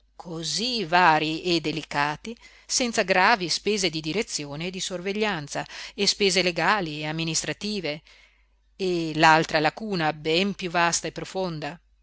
cosí varii e delicati senza gravi spese di direzione e di sorveglianza e spese legali e amministrative e l'altra lacuna ben piú vasta e profonda